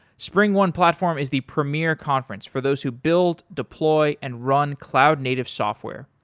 springone platform is the premier conference for those who build, deploy and run cloud native software.